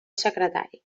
secretari